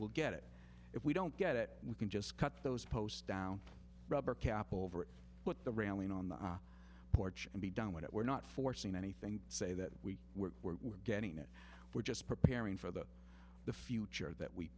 we'll get it if we don't get it we can just cut those posts down rubber kapil over what the railing on the porch and be done with it we're not forcing anything say that we were getting it we're just preparing for the the future that we